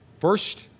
First